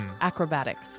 Acrobatics